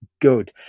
good